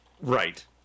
Right